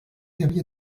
havia